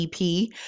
EP